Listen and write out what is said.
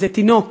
איזה תינוק,